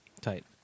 Tight